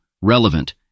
relevant